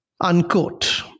unquote